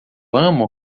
amo